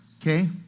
Okay